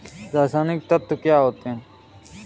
रसायनिक तत्व क्या होते हैं?